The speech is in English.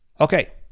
Okay